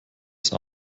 ist